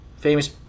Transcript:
Famous